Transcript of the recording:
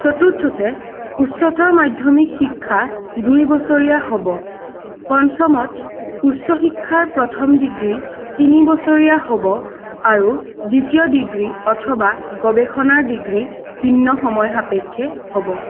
চতুৰ্থতে উচ্চতৰ মাধ্য়মিক শিক্ষা দুইবছৰীয়া হ'ব পঞ্চমত উচ্চ শিক্ষাৰ প্ৰথম ডিগ্ৰী তিনিবছৰীয়া হ'ব আৰু দ্বিতীয় ডিগ্ৰী অথবা গৱেষণাৰ ডিগ্ৰী ভিন্ন সময় সাপেক্ষে হ'ব